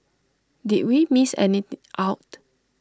did we miss any out